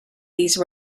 these